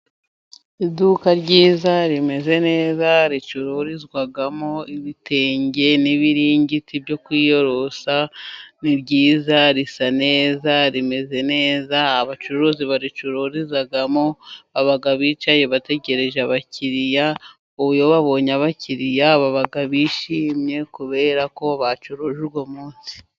Iduka ryiza rimeze neza ricururizwamo ibitenge n'ibiringiti byo kwiyorosa ni ryiza, risa neza rimeze neza. Abacuruzi bacururizamo baba bicaye bategereje abakiriya, babonye abakiriya, bishimye kubera ko bacuruje uwo munsi.